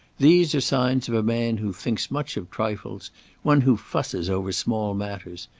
these are signs of a man who thinks much of trifles one who fusses over small matters.